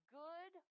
good